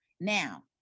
Now